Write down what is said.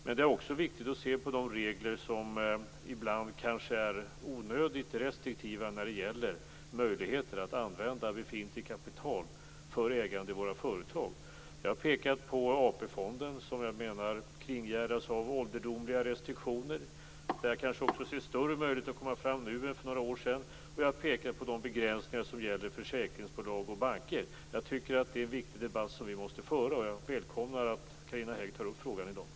Men det är också viktigt att titta på de regler som ibland kanske är onödigt restriktiva när det gäller möjligheter att använda befintligt kapital för ägande i våra företag. Jag har pekat på AP-fonden som jag menar kringgärdas av ålderdomliga restriktioner. Där ser jag kanske större möjligheter nu att komma fram jämfört med hur det var för några år sedan. Jag har också pekat på de begränsningar som gäller försäkringsbolag och banker. Det är en viktig debatt som vi måste föra. Jag välkomnar att Carina Hägg i dag tar upp den frågan.